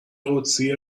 قدسی